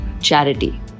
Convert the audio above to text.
Charity